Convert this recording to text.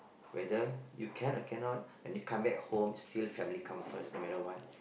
whether you can or cannot when you come back home still family come first no matter what